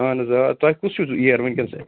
اہن حظ آ تۄہہِ کُس ہیٚو ییر چھو ونکیٚس